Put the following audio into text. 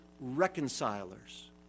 reconcilers